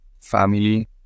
family